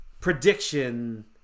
prediction